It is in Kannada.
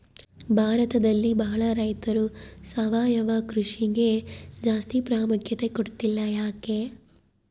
ಭಾರತದಲ್ಲಿ ಬಹಳ ರೈತರು ಸಾವಯವ ಕೃಷಿಗೆ ಜಾಸ್ತಿ ಪ್ರಾಮುಖ್ಯತೆ ಕೊಡ್ತಿಲ್ಲ ಯಾಕೆ?